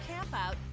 campout